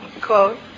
quote